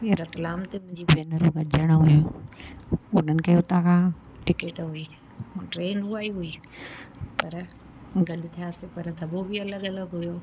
रतलाम ते मुंहिंजी भेनर गॾिजणियू हुयूं उन्हनि खे हुतां खां टिकेट हुई ट्रेन उहा ई हुई पर गॾु थियासीं पर दॿो बि अलॻि अलॻि हुओ